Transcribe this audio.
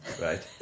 right